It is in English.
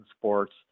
sports